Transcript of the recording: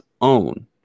own